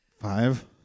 Five